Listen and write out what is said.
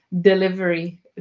delivery